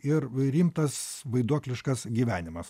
ir rimtas vaiduokliškas gyvenimas